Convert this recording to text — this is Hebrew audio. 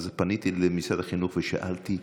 אז פניתי למשרד החינוך ושאלתי: